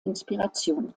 inspiration